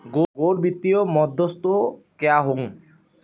गैर वित्तीय मध्यस्थ क्या हैं?